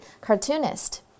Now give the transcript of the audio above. cartoonist